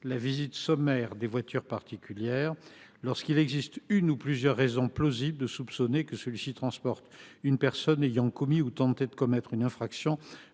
une visite sommaire des voitures particulières, lorsqu’il existe une ou plusieurs raisons plausibles de soupçonner que ces véhicules transportent une personne ayant commis ou tenté de commettre une infraction